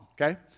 okay